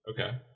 Okay